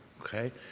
Okay